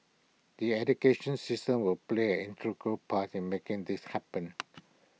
the education system will play an integral part in making this happen